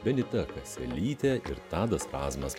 benita kaselytė ir tadas spazmas